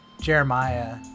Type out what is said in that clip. Jeremiah